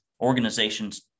organizations